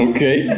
Okay